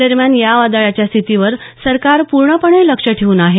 दरम्यान या वादळाच्या स्थितीवर सरकार पूर्णपणे लक्ष ठेवून आहे